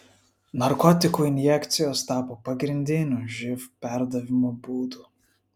narkotikų injekcijos tapo pagrindiniu živ perdavimo būdu